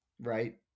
right